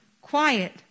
quiet